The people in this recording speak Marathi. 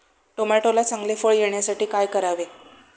टोमॅटोला चांगले फळ येण्यासाठी काय करावे?